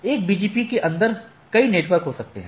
एक BGP के अंदर कई नेटवर्क हो सकते हैं